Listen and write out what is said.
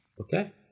Okay